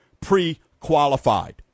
pre-qualified